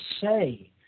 say